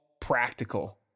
practical